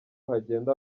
hagenda